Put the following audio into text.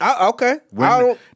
Okay